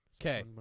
okay